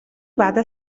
بعد